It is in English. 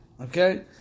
Okay